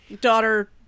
daughter